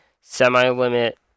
Semi-limit